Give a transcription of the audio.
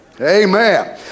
Amen